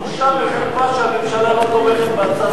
זאת בושה וחרפה שהממשלה לא תומכת בהצעת החוק הזאת.